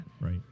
Right